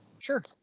Sure